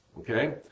okay